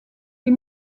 des